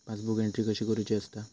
Passbook entry कशी करुची असता?